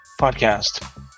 podcast